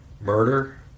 murder